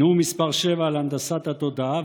נאום מס' 7 על הנדסת התודעה,